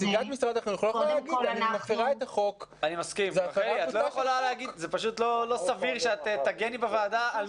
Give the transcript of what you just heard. רחלי, זה פשוט לא סביר שאת תגני בוועדה.